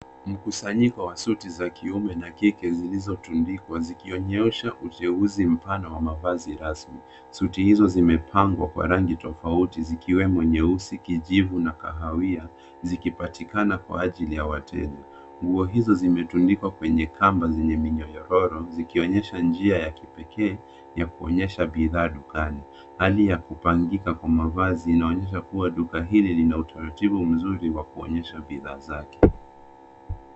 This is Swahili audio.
Mkusanyiko wa suti za kiume na kike zilizotundikwa zikionyesha uteuzi mpana wa mavazi rasmi. Suti hizo zimepangwa kwa rangi tofauti zikiwemo nyeusi, kijivu na kahawia zikipatikana kwa ajili ya wateja. Nguo hizo zimetundikwa kwenye kamba zenye minyoyororo zikionyesha njia ya kipekee ya kuonyesha bidhaa dukani. Hali ya kupangika kwa mavazi inaonyesha kuwa duka hili li na utaratibu mzuri wa kuonyesha bidhaa zaki.